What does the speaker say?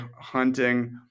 hunting